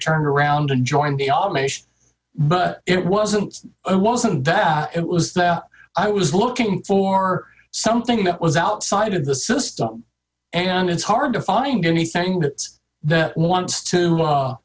turned around and joined the amish but it wasn't wasn't that it was i was looking for something that was outside of the system and it's hard to find anything that's that wants to